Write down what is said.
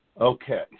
Okay